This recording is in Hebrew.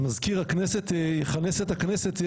ולכן שמזכיר הכנסת יכנס את הכנסת,